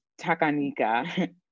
Takanika